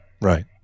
right